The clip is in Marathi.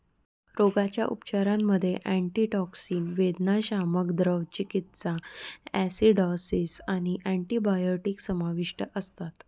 रोगाच्या उपचारांमध्ये अँटीटॉक्सिन, वेदनाशामक, द्रव चिकित्सा, ॲसिडॉसिस आणि अँटिबायोटिक्स समाविष्ट असतात